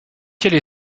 quelle